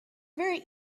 very